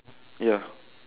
ya